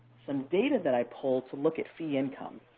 some data that i pulled to look at fee income.